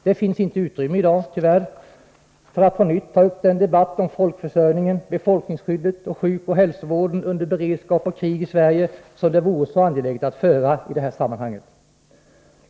Det finns inte utrymme i dag, tyvärr, att på nytt ta upp den debatt om folkförsörjningen, befolkningsskyddet och sjukoch hälsovården under beredskap och krig i Sverige som det vore så angeläget att föra i det här sammanhanget.